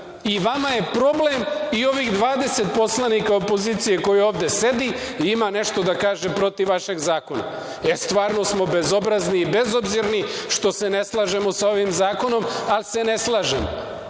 I vama je problem i ovih 20 poslanika opozicije koji ovde sedi i ima nešto da kaže protiv vašeg zakona. E, stvarno smo bezobrazni i bezobzirni što se ne slažemo sa ovim zakonom, ali se ne slažemo. Jel